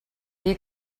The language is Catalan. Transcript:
dir